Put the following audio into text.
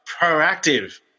proactive